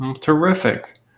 Terrific